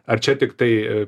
ar čia tiktai